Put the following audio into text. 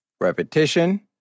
repetition